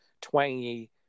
twangy